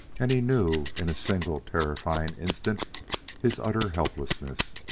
and he knew in a single terrifying instant his utter helplessness.